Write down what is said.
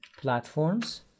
platforms